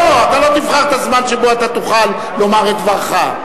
לא, אתה לא תבחר את הזמן שבו תוכל לומר את דברך.